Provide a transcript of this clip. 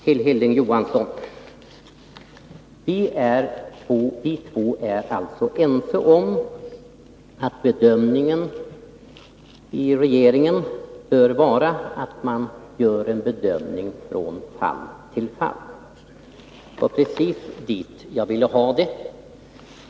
Vi två, Hilding Johansson, är alltså ense om att förfarandet i regeringen bör vara att man gör en bedömning från fall till fall. Det är precis så jag vill ha det.